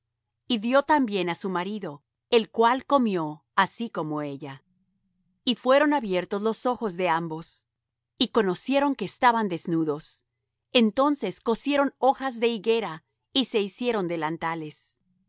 y dió también á su marido el cual comió así como ella y fueron abiertos los ojos de entrambos y conocieron que estaban desnudos entonces cosieron hojas de higuera y se hicieron delantales